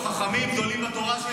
חכמים גדולים בתורה,